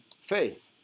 faith